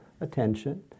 attention